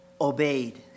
obeyed